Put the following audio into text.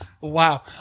Wow